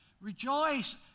Rejoice